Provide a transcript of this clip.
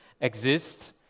exist